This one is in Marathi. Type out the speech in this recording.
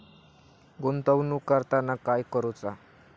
गुंतवणूक करताना काय करुचा?